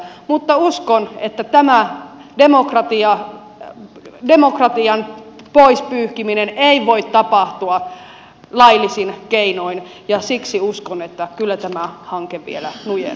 mutta uskon että tämä demokratian poispyyhkiminen ei voi tapahtua laillisin keinoin ja siksi uskon että kyllä tämä hanke vielä nujerretaan